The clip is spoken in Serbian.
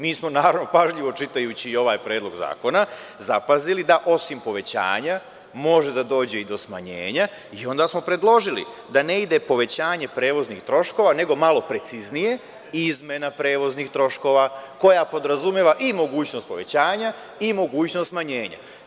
Mi smo, naravno, pažljivo čitajući i ovaj predlog zakona, zapazili da osim povećanja može da dođe i do smanjenja i onda smo predložili da ne ide povećanje prevoznih troškova, nego malo preciznije - izmena prevoznih troškova koja podrazumeva i mogućnost povećanja i mogućnost smanjenja.